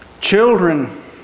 children